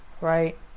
right